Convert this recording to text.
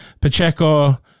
Pacheco